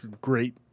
great